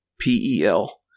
P-E-L